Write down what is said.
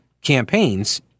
campaigns